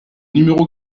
numéro